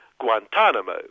Guantanamo